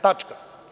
Tačka.